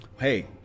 Hey